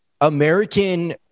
American